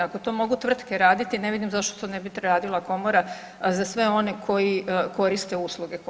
Ako to mogu tvrtke raditi, ne vidim zašto to ne bi radila Komora a za sve one koji koriste usluge Komore.